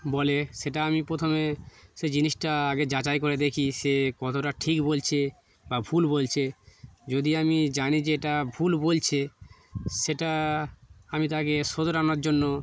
বলে সেটা আমি প্রথমে সেই জিনিসটা আগে যাচাই করে দেখি সে কতটা ঠিক বলছে বা ভুল বলছে যদি আমি জানি যে এটা ভুল বলছে সেটা আমি তাকে শোধরানোর জন্য